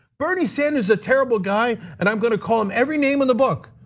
bernie sanders is a terrible guy, and i'm gonna call him every name in the book.